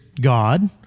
God